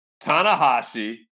Tanahashi